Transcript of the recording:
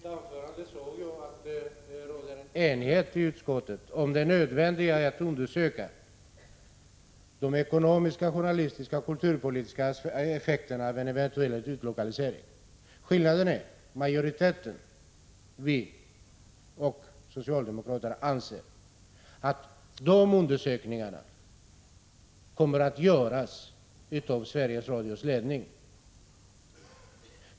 Herr talman! Jag sade i mitt anförande att det råder enighet i utskottet om det nödvändiga i att undersöka de ekonomiska, journalistiska och kulturpolitiska effekterna av en eventuell utlokalisering. Skillnaden är att majoriteten, vi och socialdemokraterna, anser att dessa undersökningar skall göras av Sveriges Radios ledning.